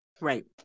Right